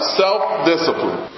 self-discipline